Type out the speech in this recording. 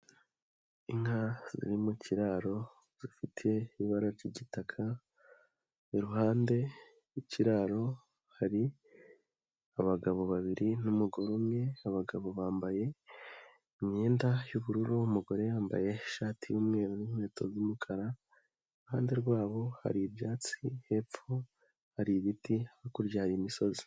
Inka ziri mu kiraro zifite ibara ryigitaka, iruhande r'kiraro hari abagabo babiri n'umugore umwe, abagabo bambaye imyenda y'ubururu n'umugore wambaye ishati y'umweru n'inkweto z'umukara, iruhande rwabo hari ibyatsi, hepfo hari ibiti hakurya y'imisozi.